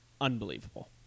unbelievable